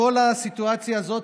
כל הסיטואציה הזאת,